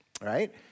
right